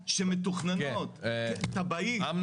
מט"ש הוא צורך: כולנו